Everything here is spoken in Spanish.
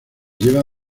lleva